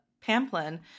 Pamplin